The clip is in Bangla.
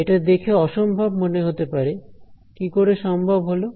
এটা দেখে অসম্ভব মনে হতে পারে কি করে সম্ভব হলো